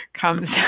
comes